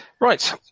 Right